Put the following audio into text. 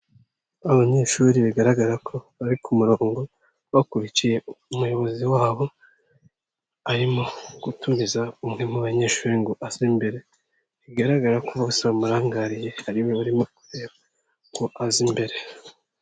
Abanyeshuri bigaragara ko bari ku murongo, bakurikiye umuyobozi wabo arimo gutumiza umwe mu banyeshuri ngo aze imbere, bigaragara ko bose bamurangariye ari we barimo kureba ko aza imbere.